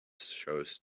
shows